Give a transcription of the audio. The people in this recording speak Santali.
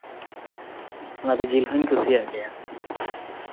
ᱚᱱᱟᱛᱮ ᱡᱤᱞ ᱦᱚᱧ ᱠᱩᱥᱤᱭᱟᱜ ᱜᱮᱭᱟ